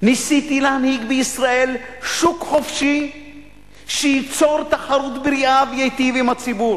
ניסיתי להנהיג בישראל שוק חופשי שייצור תחרות בריאה ויטיב עם הציבור.